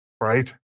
right